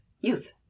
youth